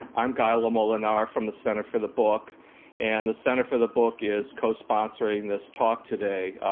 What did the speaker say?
i'm guy lamolinara from the center for the book and the center for the book is co-sponsoring this talk today.